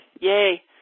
Yay